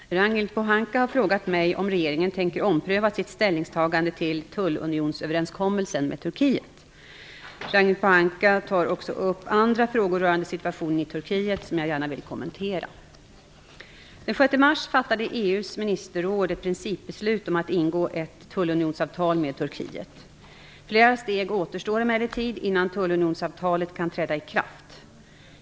Fru talman! Ragnhild Pohanka har frågat mig om regeringen tänker ompröva sitt ställningstagande till tullunionsöverenskommelsen med Turkiet. Ragnhild Pohanka tar också upp andra frågor rörande situationen i Turkiet, som jag gärna vill kommentera. Den 6 mars fattade EU:s ministerråd ett principbeslut om att ingå ett tullunionsavtal med Turkiet. Flera steg återstår emellertid innan tullunionsavtalet kan träda i kraft.